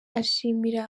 ashimira